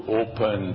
open